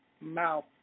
mouth